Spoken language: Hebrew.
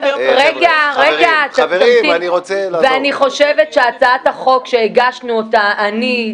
אני חושבת שהצעת החוק שהגשנו אותה אני,